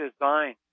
design